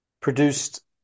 produced